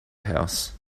house